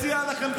מציע לכם,